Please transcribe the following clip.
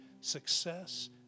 success